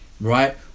Right